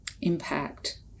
impact